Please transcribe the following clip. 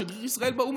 לשגריר ישראל באו"ם,